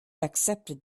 accepted